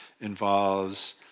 involves